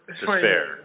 despair